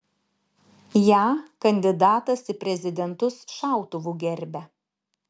ją kandidatas į prezidentus šautuvu gerbia